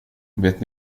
vet